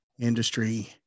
industry